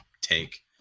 take